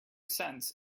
cents